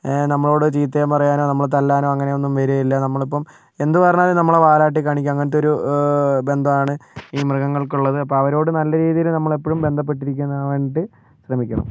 നമ്മളോട് ചീത്തയും പറയാനോ നമ്മളെ തല്ലാനോ അങ്ങനെയൊന്നും വരൂകയേയില്ല നമ്മളിപ്പം എന്തു പറഞ്ഞാലും നമ്മളെ വാലാട്ടി കാണിക്കും അങ്ങനത്തെയൊരു ബന്ധമാണ് ഈ മൃഗങ്ങൾക്കുള്ളത് അപ്പോൾ അവരോടു നല്ല രീതിയിൽ നമ്മളെപ്പൊഴും ബന്ധപ്പെട്ടിരുക്കുന്ന ആവാൻ വേണ്ടിയിട്ട് ശ്രമിക്കണം